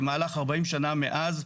במהלך 40 שנה מאז,